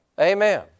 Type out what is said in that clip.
Amen